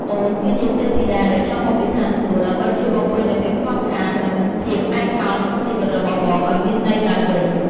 អូនគឺជាទេពធីតាដែលចុះមកពីឋានសួគ៌ ដើម្បីជួយបំពេញនូវភាពខ្វះខាត និងភាពឯកោក្នុងជីវិតរបស់បងឱ្យមានន័យឡើងវិញ។